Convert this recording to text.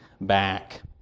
back